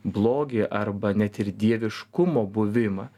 blogį arba net ir dieviškumo buvimą